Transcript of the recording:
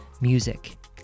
music